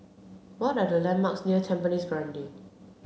what are the landmarks near Tampines Grande